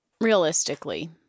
realistically